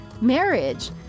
marriage